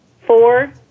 four